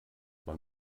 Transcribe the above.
man